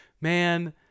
Man